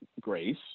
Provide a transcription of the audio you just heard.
grace